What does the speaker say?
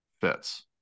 fits